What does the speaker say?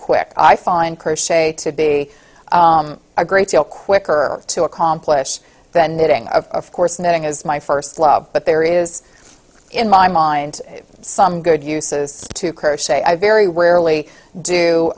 quick i find crochet to be a great deal quicker to accomplish than knitting of course knitting is my first love but there is in my mind some good uses to curve say i very rarely do